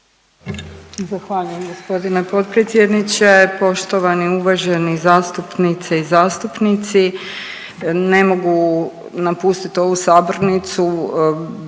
Zahvaljujem gospodine potpredsjedniče. Poštovani i uvaženi zastupnice i zastupnici, ne mogu napustiti ovu sabornicu